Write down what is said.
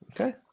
Okay